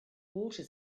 water